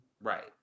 right